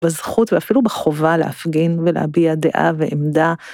בזכות ואפילו בחובה להפגין ולהביע דעה ועמדה.